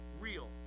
real